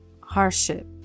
hardship